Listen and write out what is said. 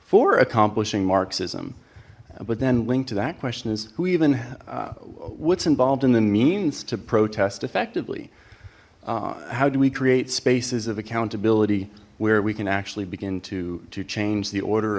for accomplishing marxism but then link to that question is who even what's involved in the means to protest effectively how do we create spaces of accountability where we can actually begin to to change the order